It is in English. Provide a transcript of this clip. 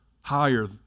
higher